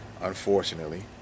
unfortunately